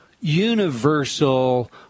universal